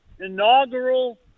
Inaugural